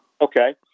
Okay